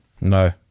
No